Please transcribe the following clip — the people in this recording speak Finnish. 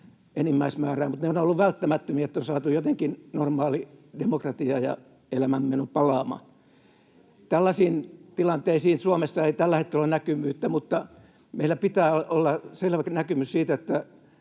mutta ne ovat olleet välttämättömiä, jotta on saatu jotenkin normaali demokratia ja elämänmeno palaamaan. Tällaisiin tilanteisiin Suomessa ei tällä hetkellä ole näkyvyyttä, mutta meillä pitää olla selvä näkemys siitä,